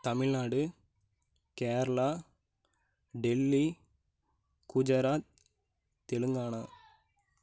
Tamil Nadu Kerala Delhi Gujarat Telangana